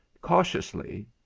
Cautiously